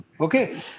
okay